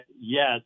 yes